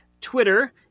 twitter